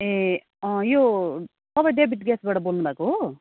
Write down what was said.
ए यो तपाईँ डेभिड ग्यासबाट बोल्नुभएको हो